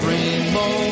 Rainbow